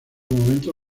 momento